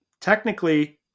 technically